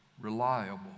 reliable